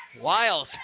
Wiles